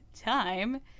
time